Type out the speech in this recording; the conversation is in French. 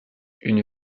une